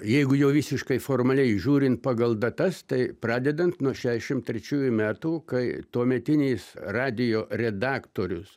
jeigu jau visiškai formaliai žiūrint pagal datas tai pradedant nuo šešim trečiųjų metų kai tuometinis radijo redaktorius